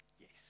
Yes